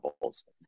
levels